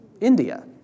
India